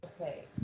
Okay